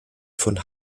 von